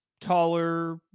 taller